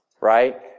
right